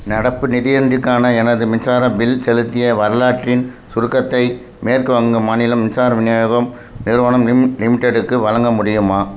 நடப்பு நிதியாண்டுக்கான எனது மின்சார பில் செலுத்திய வரலாற்றின் சுருக்கத்தை மேற்கு வங்க மாநிலம் மின்சார விநியோகம் நிறுவனம் லிம் லிமிடெடுக்கு வழங்க முடியுமா